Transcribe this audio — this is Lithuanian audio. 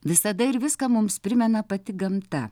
visada ir viską mums primena pati gamta